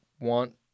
want